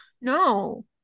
no